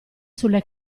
sulle